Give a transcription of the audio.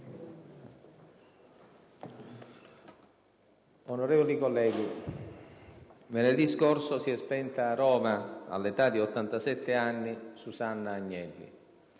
Onorevoli colleghi, venerdì scorso, si è spenta a Roma, all'età di 87 anni, Susanna Agnelli.